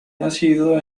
nacido